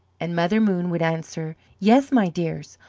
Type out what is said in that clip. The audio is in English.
and mother moon would answer yes, my dears,